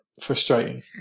frustrating